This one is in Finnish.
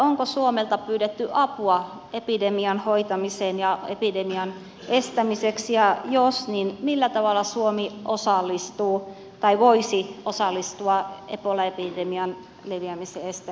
onko suomelta pyydetty apua epidemian hoitamiseen ja epidemian estämiseksi ja jos on niin millä tavalla suomi osallistuu tai voisi osallistua ebola epidemian leviämisen estämiseen